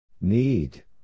Need